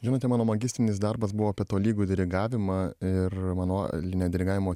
žinote mano magistrinis darbas buvo apie tolygų dirigavimą ir manualinė dirigavimo